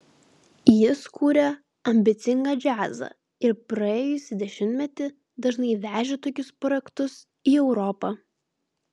jis kūrė ambicingą džiazą ir praėjusį dešimtmetį dažnai vežė tokius projektus į europą